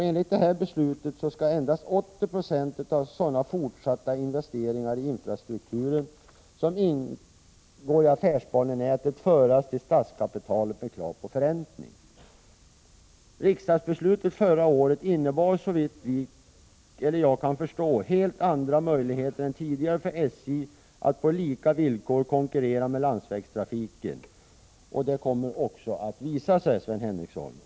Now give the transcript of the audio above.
Enligt det här beslutet skall endast 80 Jo av sådana Riksdagsbeslutet förra året innebär, såvitt jag kan förstå, helt andra möjigheter än tidigare för SJ att på lika villkor konkurrera med landsvägstrafiken. Det kommer också att visa sig, Sven Henricsson.